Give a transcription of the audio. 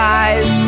eyes